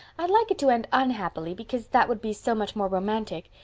i'd like it to end unhappily, because that would be so much more romantic.